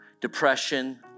depression